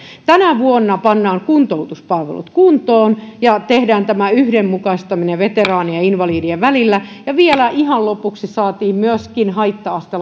tänä vuonna pannaan kuntoutuspalvelut kuntoon ja tehdään tämä yhdenmukaistaminen veteraanien ja invalidien välillä ja vielä ihan lopuksi saatiin myöskin haitta aste